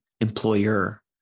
employer